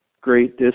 great